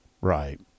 Right